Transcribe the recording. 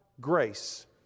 grace